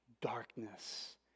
darkness